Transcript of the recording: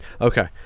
Okay